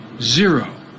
Zero